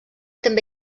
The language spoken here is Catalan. també